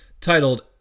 titled